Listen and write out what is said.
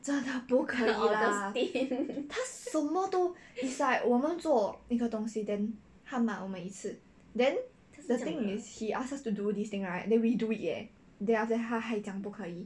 真的不可以 lah 他什么都 is like 我们做那个东西 then 他骂我们一次 then the thing is he ask us to do this thing right then we do it leh then after that 他还讲不可以